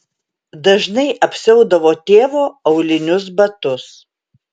dažnai apsiaudavo tėvo aulinius batus